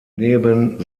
neben